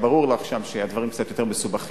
ברור לך ששם הדברים קצת יותר מסובכים,